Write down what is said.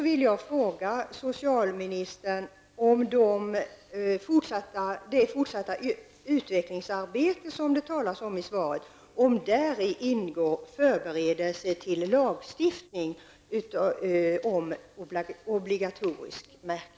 Ingår det i det fortsatta utvecklingsarbete som nämns i svaret förberedelser till lagstiftning om obligatorisk märkning?